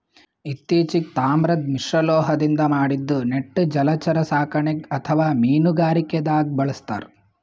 ಇತ್ತಿಚೀಗ್ ತಾಮ್ರದ್ ಮಿಶ್ರಲೋಹದಿಂದ್ ಮಾಡಿದ್ದ್ ನೆಟ್ ಜಲಚರ ಸಾಕಣೆಗ್ ಅಥವಾ ಮೀನುಗಾರಿಕೆದಾಗ್ ಬಳಸ್ತಾರ್